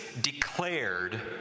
declared